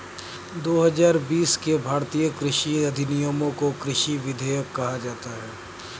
दो हजार बीस के भारतीय कृषि अधिनियमों को कृषि विधेयक कहा जाता है